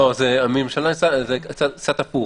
לא, זה קצת הפוך.